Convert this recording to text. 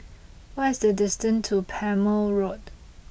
what is the distance to Palmer Road